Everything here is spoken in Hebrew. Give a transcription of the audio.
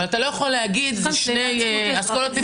אבל אתה לא יכול להגיד שהזכויות נפרדות,